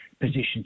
position